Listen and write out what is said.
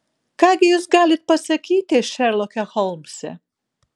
ką gi jūs galit pasakyti šerloke holmse